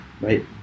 right